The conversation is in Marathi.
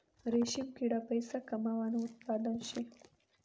रेशीम किडा पैसा कमावानं उत्पादन शे